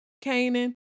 Canaan